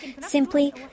simply